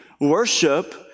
Worship